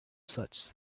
such